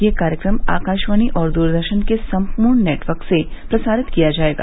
ये कार्यक्रम आकाशवाणी और दूरदर्शन के सम्पूर्ण नेटवर्क से प्रसारित किया जायेगा